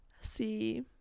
see